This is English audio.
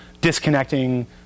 disconnecting